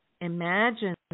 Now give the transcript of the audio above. imagine